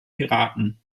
piraten